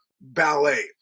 ballet